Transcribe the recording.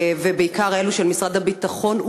ובעיקר אלו של משרד הביטחון,